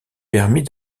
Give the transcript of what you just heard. permit